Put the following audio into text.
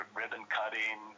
ribbon-cutting